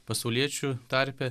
pasauliečių tarpe